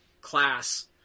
class